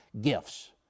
Gifts